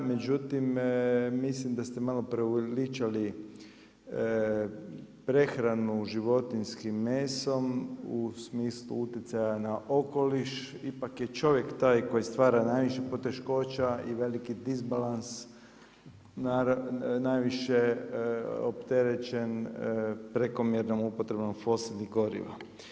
Međutim, mislim da ste malo preuveličali prehranu životinjskim mesom u smislu utjecaja na okoliš, ipak je čovjek taj koji stvara najviše poteškoća i veliki disbalans najviše opterećen prekomjernom upotrebom fosilnih goriva.